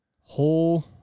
whole